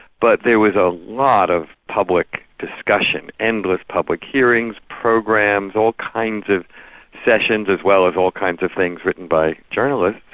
but there was a lot of public discussion, endless public hearings, programs, all kinds of sessions as well as all kinds of things written by journalists,